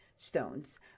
stones